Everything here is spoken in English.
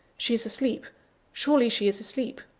she is asleep surely she is asleep!